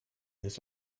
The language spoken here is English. this